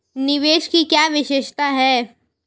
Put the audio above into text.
निवेश की क्या विशेषता है?